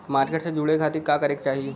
Market से जुड़े खाती का करे के चाही?